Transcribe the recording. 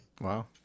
wow